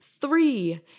three